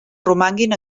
romanguin